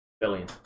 billion